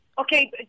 okay